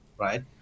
right